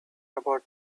about